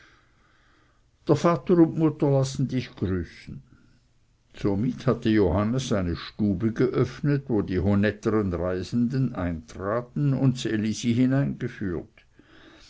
dr vater und dmuetter lassen dich grüßen somit hatte johannes eine stube geöffnet wo die honetteren reisenden eintraten und ds elisi hineingeführt